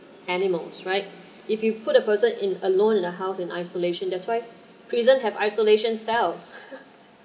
animals right if you put a person in alone in a house and isolation that's why prison have isolation cells